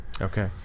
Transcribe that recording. okay